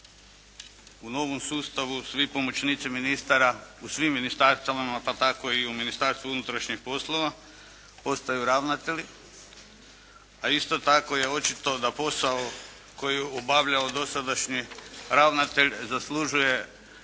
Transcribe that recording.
u novom sustavu svi pomoćnici ministara u svim ministarstvima pa tako i u Ministarstvu unutrašnjih poslova postaju ravnatelji a isto tako je očito da posao koji je obavljao dosadašnji ravnatelj zaslužuje